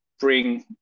bring